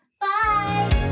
bye